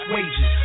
Wages